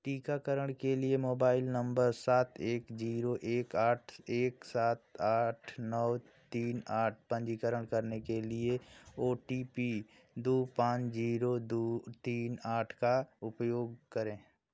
टीकाकरण के लिए मोबाइल नम्बर सात एक जीरो एक आठ एक सात आत नौ तीन आठ पंजीकृत करने के लिए ओ टी पी दो पाँच जीरो दो तीन आठ का उपयोग करें